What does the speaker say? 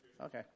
Okay